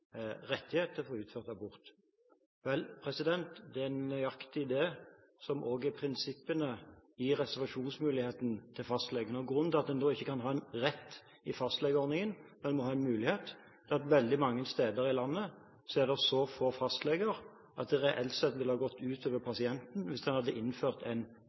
abort. Det er nøyaktig det som også er prinsippene i reservasjonsmuligheten til fastlegene. Grunnen til at en ikke da kan ha en rett i fastlegeordningen – men må ha en mulighet – er at det veldig mange steder i landet er så få fastleger at det reelt sett ville ha gått ut over pasienten hvis man hadde innført en